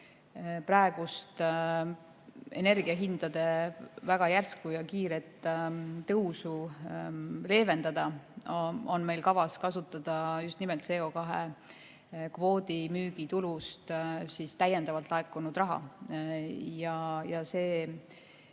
praeguste energiahindade väga järsku ja kiiret tõusu leevendada, on meil kavas kasutada just nimelt CO2kvoodi müügi tulust täiendavalt laekunud raha ja see